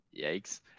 Yikes